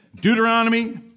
Deuteronomy